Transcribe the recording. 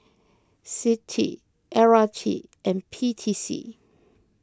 Citi L R T and P T C